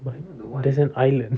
by there's an island